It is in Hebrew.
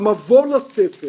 במבוא לספר